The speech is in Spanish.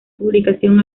publicación